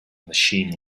machine